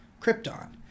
Krypton